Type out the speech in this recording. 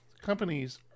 companies